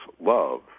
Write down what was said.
love